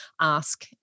ask